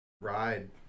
ride